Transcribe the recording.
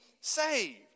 saved